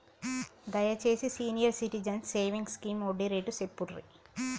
దయచేసి senior citizens savings scheme వడ్డీ rate చెప్పుర్రి